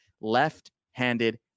left-handed